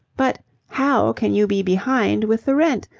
but how can you be behind with the rent?